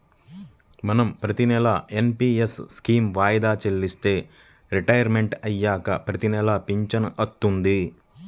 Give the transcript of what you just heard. మనం ప్రతినెలా NPS scheme వాయిదా చెల్లిస్తే రిటైర్మంట్ అయ్యాక ప్రతినెలా పింఛను వత్తది